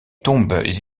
tombes